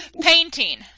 Painting